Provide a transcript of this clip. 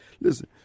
Listen